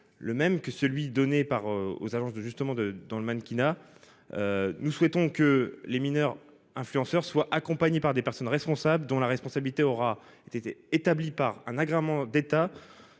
le même que celui qui est délivré aux agences de mannequinat. Nous souhaitons que les mineurs influenceurs soient accompagnés par des personnes, dont la responsabilité aura été établie par un agrément d'État